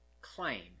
claim